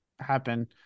happen